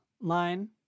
Line